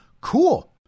cool